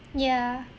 yeah